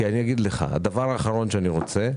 הדבר האחרון שאני רוצה,